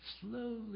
slowly